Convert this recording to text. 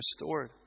restored